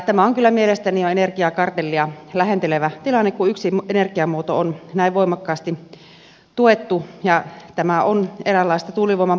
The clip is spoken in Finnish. tämä on kyllä mielestäni jo energiakartellia lähentelevä tilanne kun yksi energiamuoto on näin voimakkaasti tuettu ja tämä on eräänlaista tuulivoiman pakkosyöttöä